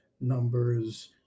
numbers